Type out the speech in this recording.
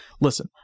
Listen